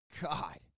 God